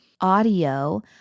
audio